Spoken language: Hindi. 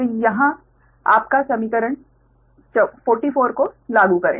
तो यह आपका समीकरण 44 को लागू करें